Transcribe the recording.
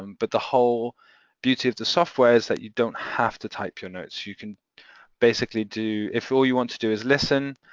um but the whole beauty of the software is that you don't have to type your notes. you can basically do, if all you want to do is listen,